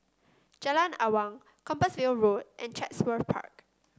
Jalan Awang Compassvale Road and Chatsworth Park